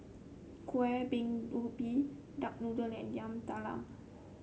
Kueh Bingka Ubi Duck Noodle and Yam Talam